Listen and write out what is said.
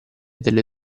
delle